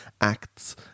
acts